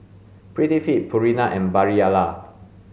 Prettyfit Purina and Barilla